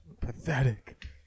pathetic